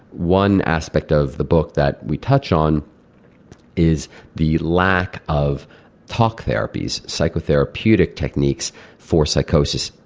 one aspect of the book that we touch on is the lack of talk therapies, psychotherapeutic techniques for psychosis.